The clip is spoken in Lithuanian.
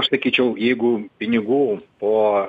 aš sakyčiau jeigu pinigų po